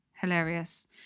Hilarious